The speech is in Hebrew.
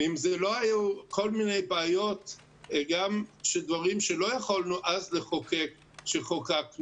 אם לא היו כל מיני בעיות גם של דברים שלא יכולנו אז לחוקק כשחוקקנו,